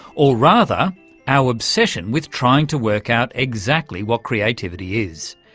or rather our obsession with trying to work out exactly what creativity is.